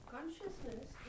Consciousness